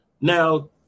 Now